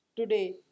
today